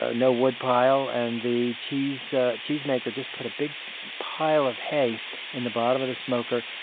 ah no wood pile. and the cheese ah cheese maker just put a big pile of hay in the bottom of the smoker,